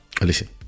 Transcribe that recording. Listen